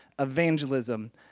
Evangelism